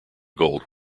gold